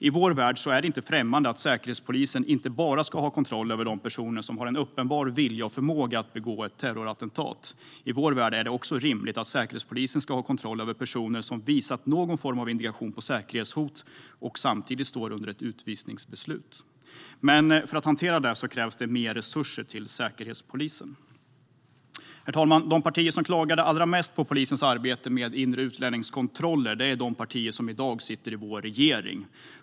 I vår värld är det inte främmande att säkerhetspolisen inte bara ska ha kontroll över personer med uppenbar vilja och förmåga att begå ett terrorattentat; i vår värld är det också rimligt att säkerhetspolisen ska ha kontroll över personer som visat på någon form av indikation till säkerhetshot och samtidigt står under ett utvisningsbeslut. Men för att hantera det krävs det mer resurser till säkerhetspolisen. Herr talman! De partier som klagade allra mest på polisens arbete med inre utlänningskontroller är de partier som i dag sitter i vår regering.